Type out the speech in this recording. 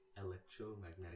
electromagnetic